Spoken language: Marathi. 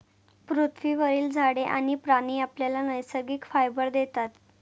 पृथ्वीवरील झाडे आणि प्राणी आपल्याला नैसर्गिक फायबर देतात